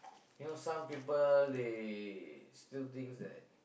you know some people they still thinks that